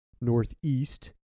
northeast